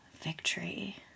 victory